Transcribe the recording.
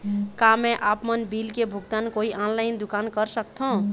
का मैं आपमन बिल के भुगतान कोई ऑनलाइन दुकान कर सकथों?